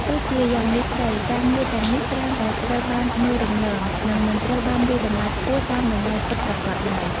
ទោះជាយ៉ាងនេះក្តី ការងារទាំងនេះច្រើនតែត្រូវបានមើលរំលង និងមិនត្រូវបានវាយតម្លៃខ្ពស់តាមតម្លៃពិតប្រាកដឡើយ។